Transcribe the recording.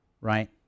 right